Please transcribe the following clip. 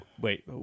Wait